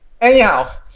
Anyhow